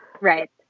right